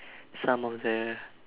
some of the